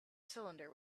cylinder